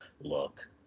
look